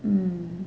hmm